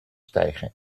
stijgen